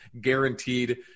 guaranteed